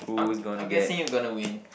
I'm I'm guessing you gonna win